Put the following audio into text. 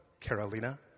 Carolina